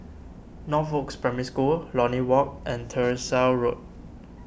Northoaks Primary School Lornie Walk and Tyersall Road